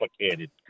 complicated